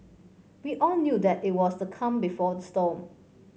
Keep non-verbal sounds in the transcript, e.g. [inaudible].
[noise] we all knew that it was the calm before the storm